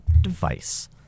device